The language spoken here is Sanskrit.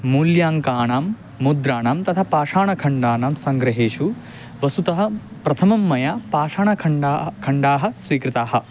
मूल्याङ्कानां मुद्रणं तथा पाषाणखण्डानां सङ्ग्रहेषु वस्तुतः प्रथमं मया पाषाणखण्डाः खण्डाः स्वीकृताः